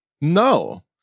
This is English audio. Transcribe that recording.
No